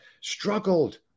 struggled